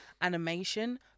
animation